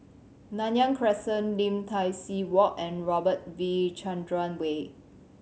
Nanyang Crescent Lim Tai See Walk and Robert V Chandran Way